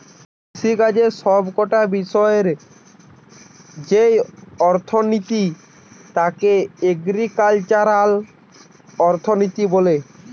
কৃষিকাজের সব কটা বিষয়ের যেই অর্থনীতি তাকে এগ্রিকালচারাল অর্থনীতি বলে